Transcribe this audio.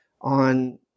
on